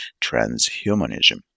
transhumanism